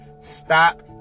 Stop